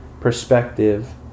perspective